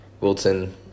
Wilton